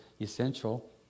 essential